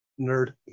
nerd